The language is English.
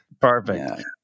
perfect